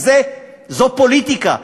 כי זו פוליטיקה.